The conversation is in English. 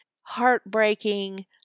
heartbreaking